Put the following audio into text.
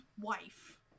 wife